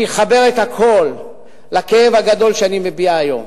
שיחבר את הכול לכאב הגדול שאני מביע היום.